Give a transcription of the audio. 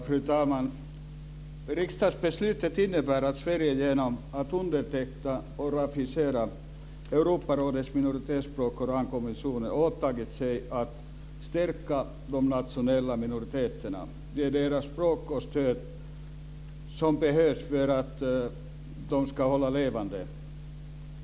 Fru talman! Riksdagsbeslutet innebär att Sverige genom att underteckna och ratificera Europarådets ramkonvention för minoritetsspråken har åtagit sig att stärka de nationella minoriteterna och ge deras språk det stöd som behövs för att de ska hållas levande.